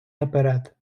наперед